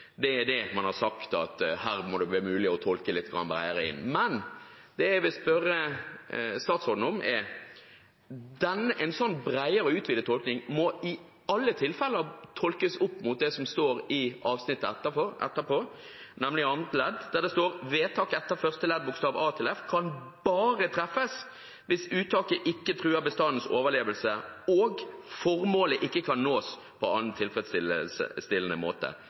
det er det man har sagt. Men det jeg vil spørre statsråden om, er: En sånn bredere og utvidet tolkning må i alle tilfeller tolkes opp mot det som står i avsnittet etterpå, nemlig annet ledd, der det står: «Vedtak etter første ledd bokstav a til f kan bare treffes hvis uttaket ikke truer bestandens overlevelse og formålet ikke kan nås på annen tilfredsstillende måte.»